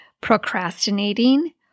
procrastinating